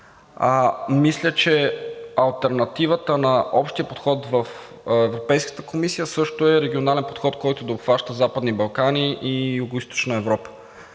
мисля, че алтернативата на общия подход в Европейската комисия също е регионален подход, който да обхваща Западните Балкани и Югоизточна Европа.